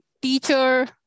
teacher